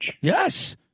Yes